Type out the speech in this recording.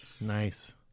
Nice